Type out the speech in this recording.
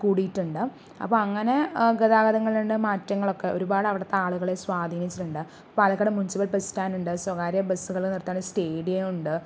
കൂടിയിട്ടുണ്ട് അപ്പോൾ അങ്ങനെ ഗതാഗതങ്ങളുണ്ട് മാറ്റങ്ങളൊക്കെ ഒരുപാട് അവിടുത്തെ ആളുകളെ സ്വാധീനിച്ചിട്ടുണ്ട് പാലക്കാട് മുൻസിപ്പൽ ബസ്റ്റാൻഡുണ്ട് സ്വകാര്യ ബസ്സുകൾ നിർത്തുന്ന സ്റ്റേഡിയമുണ്ട്